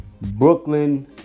Brooklyn